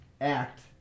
Act